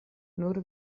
nur